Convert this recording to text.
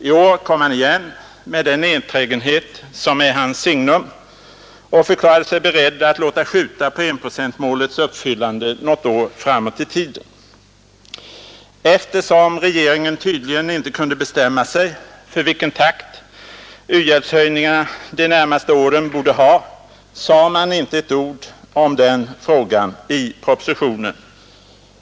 I år kom han igen — med den enträgenhet som är hans signum — och förklarade sig beredd att låta skjuta på enprocentsmålets uppfyllande något år framåt i tiden. Eftersom regeringen tydligen inte kunde bestämma sig för vilken takt u-hjälpshöjningarna de närmaste åren borde ha, sade man inte ett ord om den frågan i propositionen.